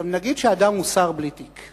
נגיד שאדם הוא שר בלי תיק,